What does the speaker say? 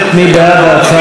מי בעד ההצעה?